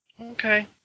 Okay